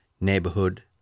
neighborhood